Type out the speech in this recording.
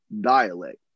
dialect